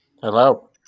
Hello